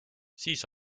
siis